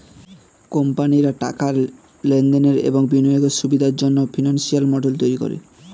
কোম্পানিরা টাকার লেনদেনের এবং বিনিয়োগের সুবিধার জন্যে ফিনান্সিয়াল মডেল তৈরী করে